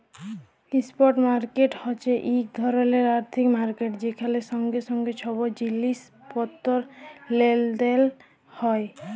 spot market হছে ইক ধরলের আথ্থিক মার্কেট যেখালে সঙ্গে সঙ্গে ছব জিলিস পত্তর লেলদেল হ্যয়